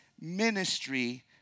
ministry